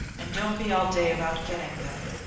and don't be all day about getting them.